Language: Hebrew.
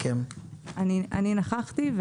אני נכחתי.